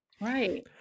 Right